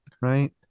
right